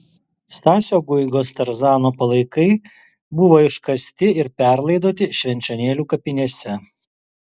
stasio guigos tarzano palaikai buvo iškasti ir perlaidoti švenčionėlių kapinėse